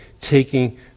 taking